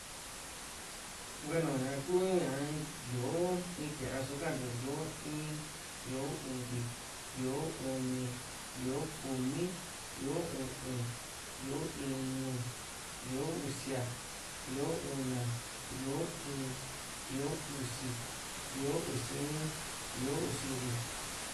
hueno ña ku ña yó´o in kuia ra só kantiu yó in yó´o uvi yó´o uni yó´o kumi yó´o u´un yó´o iñu yó´o usia yó´o una yó´o íín yó´o usi yó´o usi in yó´o usi uvi